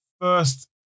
first